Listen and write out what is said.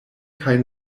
kaj